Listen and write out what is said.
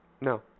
No